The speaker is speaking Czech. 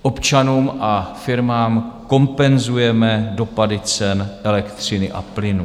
Občanům a firmám kompenzujeme dopady cen elektřiny a plynu.